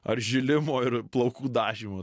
ar žilimo ir plaukų dažymo